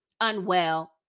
unwell